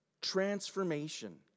transformation